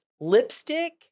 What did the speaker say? lipstick